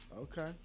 Okay